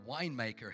winemaker